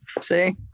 See